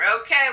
Okay